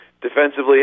defensively